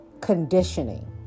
conditioning